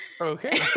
Okay